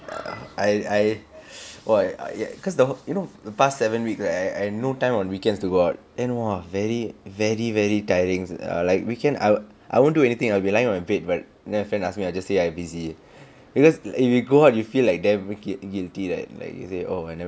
err I I !wah! I cause you you know the past seven week right I've no time on weekends to go out and !wah! very very very tiring ah like weekend I'll I won't do anything I'll be lying on my bed where then my friend ask me I'll just say I'm busy because if you go out you feel like damn the guilty like like you say oh I never